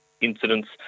incidents